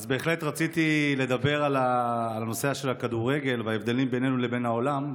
אז בהחלט רציתי לדבר על הנושא של הכדורגל וההבדלים בינינו לבין העולם,